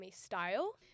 style